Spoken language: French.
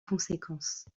conséquence